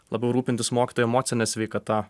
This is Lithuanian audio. labiau rūpintis mokytojo emocine sveikata